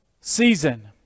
season